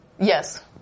Yes